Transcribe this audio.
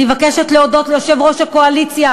אני מבקשת להודות ליושב-ראש הקואליציה